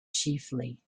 chiefly